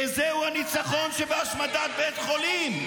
איזהו ניצחון, שבהשמדת בית חולים?